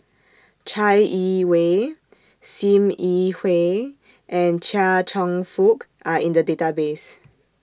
Chai Yee Wei SIM Yi Hui and Chia Cheong Fook Are in The Database